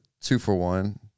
two-for-one